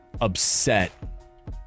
upset